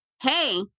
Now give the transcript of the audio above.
hey